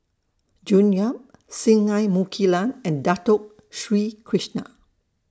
June Yap Singai Mukilan and Dato Sri Krishna